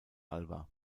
alba